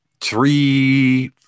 three